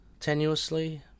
Tenuously